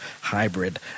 hybrid